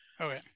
okay